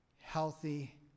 healthy